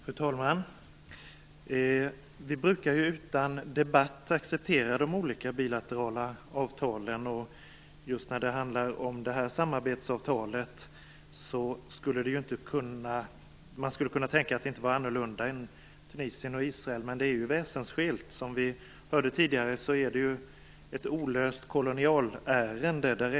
Fru talman! Vi brukar utan debatt acceptera de olika bilaterala avtalen, och man kunde tänka sig att just detta avtal inte borde vara annorlunda än avtalen med Tunisien och Israel. Det är dock väsenskilt. Som vi hörde tidigare är det här fråga om ett olöst kolonialärende.